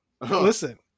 Listen